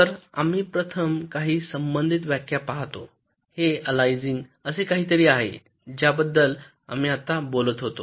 तर आम्ही प्रथम काही संबंधित व्याख्या पाहतो हे अलियासिंग असे काहीतरी आहे ज्याबद्दल आम्ही आता बोलत होतो